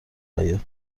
حیاط